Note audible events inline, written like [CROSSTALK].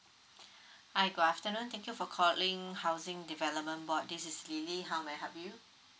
[BREATH] hi good afternoon thank you for calling housing development board this is lily how may I help you